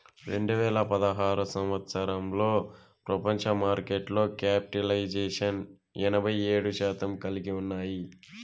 రెండు వేల పదహారు సంవచ్చరంలో ప్రపంచ మార్కెట్లో క్యాపిటలైజేషన్ ఎనభై ఏడు శాతం కలిగి ఉన్నాయి